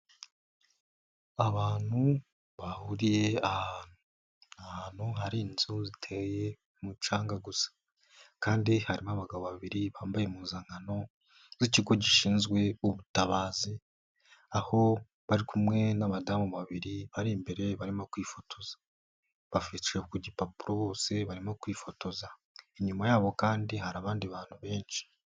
Abantu bahuriye ahantu, ahantu hari inzu ziteye ku umucanga gusa, kandi harimo abagabo babiri bambaye impuzankano z'ikigo gishinzwe ubutabazi, aho bari kumwe n'abadamu babiri bari imbere barimo kwifotoza, bafashee ku gipapuro bose barimo kwifotoza, inyuma yabo kandi hari abandi bantu benshi.